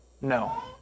No